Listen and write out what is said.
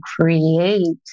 create